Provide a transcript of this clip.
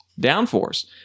Downforce